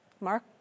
Mark